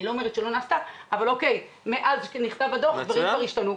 אבל מאז שנכתב הדו"ח דברים השתנו.